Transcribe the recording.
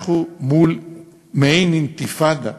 אנחנו מול מעין אינתיפאדה.